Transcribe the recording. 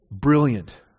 Brilliant